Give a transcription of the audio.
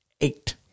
eight